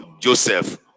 joseph